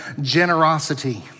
generosity